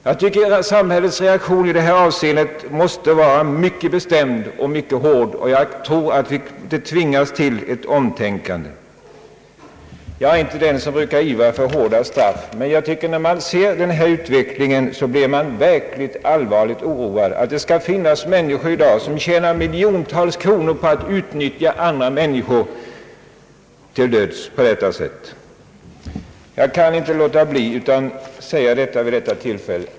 Jag tycker att samhällets reaktion i detta avseende måste vara mycket bestämd och hård, och jag tror att vi tvingas till ett omtänkande. Jag är inte den som brukar ivra för hårda straff, men när man ser denna utveckling blir man verkligt allvarligt oroad över att det skall finnas människor som tjänar miljontals kronor på att utnyttja andra människor till döds på det sättet. Jag kan inte låta bli att säga detta vid det här tillfället.